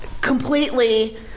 completely